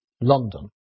London